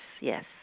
yes